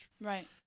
right